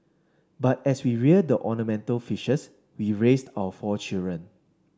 but as we rear the ornamental fishes we raised our four children